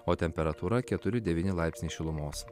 o temperatūra keturi devyni laipsniai šilumos